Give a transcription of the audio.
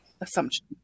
assumption